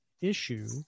issue